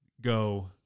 go